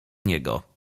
niego